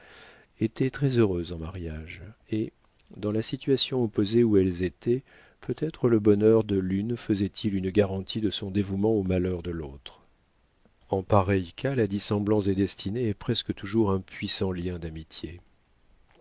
était très heureuse en mariage et dans la situation opposée où elles étaient peut-être le bonheur de l'une faisait-il une garantie de son dévouement au malheur de l'autre en pareil cas la dissemblance des destinées est presque toujours un puissant lien d'amitié